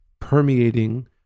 permeating